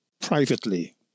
privately